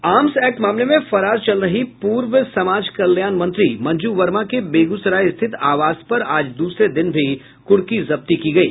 arms act मामले में फरार चल रही पूर्व समाज कल्याण मंत्री मंजू वर्मा के बेगूसराय स्थित आवास पर आज दूसरे दिन भी कुर्की जब्ती की गयी